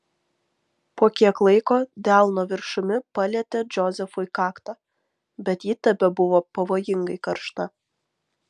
po kiek laiko delno viršumi palietė džozefui kaktą bet ji tebebuvo pavojingai karšta